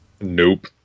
Nope